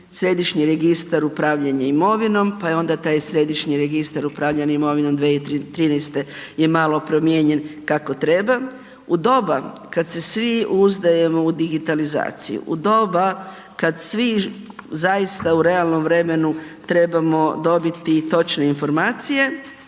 Središnji registar upravljanja imovinom pa je onda taj Središnji registar upravljanja imovinom 2013. je malo promijenjen kako treba. U doba kada se svi uzdajemo u digitalizaciju, u doba kada svi zaista u realnom vremenu trebamo dobiti točne informacije,